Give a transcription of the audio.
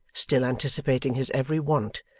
still anticipating his every want,